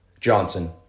Johnson